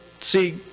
see